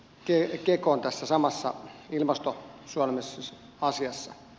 kee kekoon tässä samassa ilmastonsuojelemisasiassa